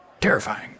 Terrifying